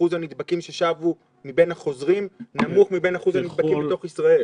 אחוז הנדבקים ששבו מבין החוזרים נמוך מבין אחוז הנדבקים בתוך ישראל.